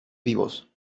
vivos